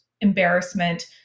embarrassment